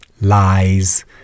lies